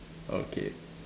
okay